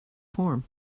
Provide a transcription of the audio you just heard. form